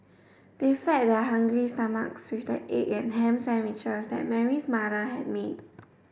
they fed their hungry stomachs with the egg and ham sandwiches that Mary's mother had made